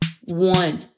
one